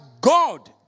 God